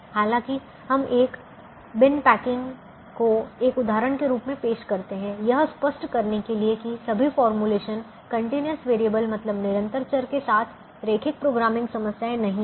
हालाँकि हम एक बिन पैकिंग को एक उदाहरण के रूप में पेश करते हैं यह स्पष्ट करने के लिए कि सभी फॉर्मूलेशन कंटीन्यूअस वेरिएबल मतलब निरंतर चर के साथ रैखिक प्रोग्रामिंग समस्याएं नहीं हैं